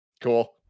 cool